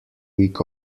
week